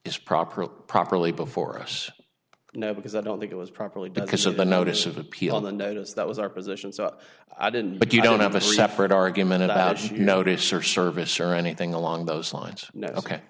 is proper properly before us no because i don't think it was properly because of the notice of appeal on the notice that was our positions up i didn't but you don't have a separate argument out you notice or service or anything along those lines no